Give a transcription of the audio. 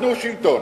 תנו שלטון.